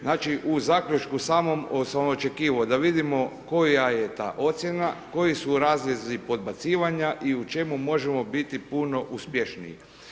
Znači, u zaključku samom sam očekivao da vidimo koja je ta ocjena, koji su razlozi podbacivanja i u čemu možemo biti puno uspješniji.